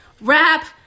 Rap